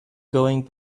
going